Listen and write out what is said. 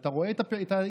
ואתה רואה את ההתנהלות,